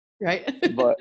Right